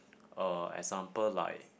uh example like